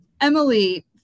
Emily